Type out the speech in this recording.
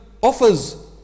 offers